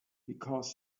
because